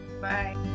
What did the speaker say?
bye